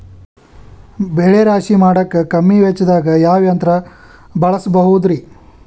ಬೆಳೆ ರಾಶಿ ಮಾಡಾಕ ಕಮ್ಮಿ ವೆಚ್ಚದಾಗ ಯಾವ ಯಂತ್ರ ಬಳಸಬಹುದುರೇ?